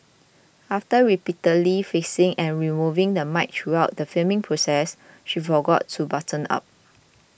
after repeatedly fixing and removing the mic throughout the filming process she forgot to button up